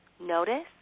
notice